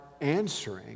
answering